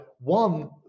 One